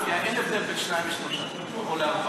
כי אין הבדל בין שניים לשלושה או לארבעה.